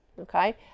Okay